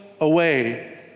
away